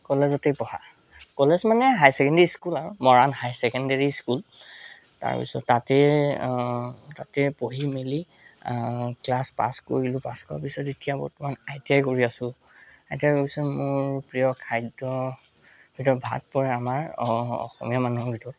কলেজতেই পঢ়া কলেজ মানে higher secondary school আৰু মৰাণ হায়াৰ ছেকেণ্ডাৰী স্কুল তাৰপিছত তাতেই তাতেই পঢ়ি মেলি ক্লাছ পাছ কৰিলোঁ পাছ কৰা পিছত এতিয়া বৰ্তমান আই টি আই কৰি আছোঁ আই টি আই কৰা পিছত মোৰ প্ৰিয় খাদ্য ভিতৰত ভাত পৰে আমাৰ অসমীয়া মানুহৰ